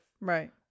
Right